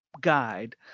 guide